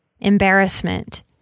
Embarrassment